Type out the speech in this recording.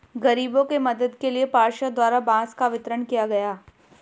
गरीबों के मदद के लिए पार्षद द्वारा बांस का वितरण किया गया